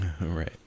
Right